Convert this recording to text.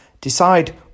Decide